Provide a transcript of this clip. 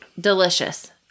Delicious